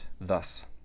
thus